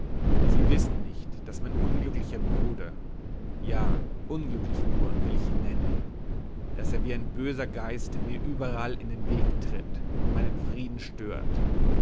sie wissen nicht daß mein unglücklicher bruder ja unglücklich nur will ich ihn nennen daß er wie ein böser geist mir überall in den weg tritt und meinen frieden stört